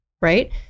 Right